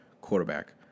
quarterback